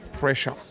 pressure